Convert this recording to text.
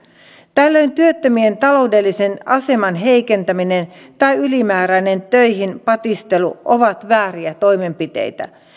tällöin työttömien taloudellisen aseman heikentäminen tai ylimääräinen töihin patistelu ovat vääriä toimenpiteitä